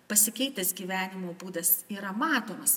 pasikeitęs gyvenimo būdas yra matomas